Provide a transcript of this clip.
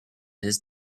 his